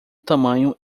tamanho